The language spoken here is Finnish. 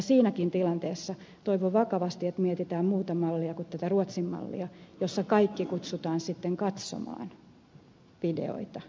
siinäkin tilanteessa toivon vakavasti että mietitään muuta mallia kuin tätä ruotsin mallia jossa kaikki kutsutaan sitten katsomaan videoita ensin paikalle